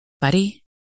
Buddy